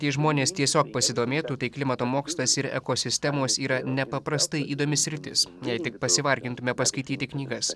tie žmonės tiesiog pasidomėtų tai klimato mokslas ir ekosistemos yra nepaprastai įdomi sritis ne tik pasivargintume paskaityti knygas